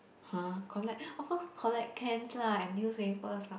!huh! collect of course collect cans lah and newspapers lah